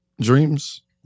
dreams